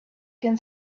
can